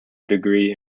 degree